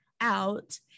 out